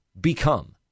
become